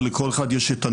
אבל לכל אחד יש את הנוהל,